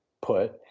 put